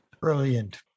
Brilliant